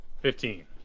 Fifteen